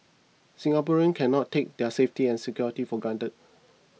Singaporeans cannot take their safety and security for granted